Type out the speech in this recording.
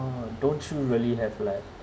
oh don't you really have like